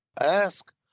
ask